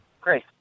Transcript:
Great